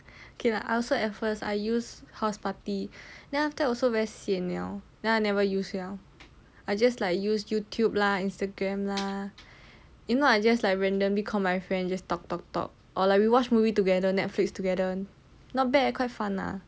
okay lah I also at first I use house party then after that also very sian liao then I never use liao I just like use youtube lah instagram lah if not I just like randomly call my friend and just talk talk talk or like we watch movie together netflix together not bad quite fun lah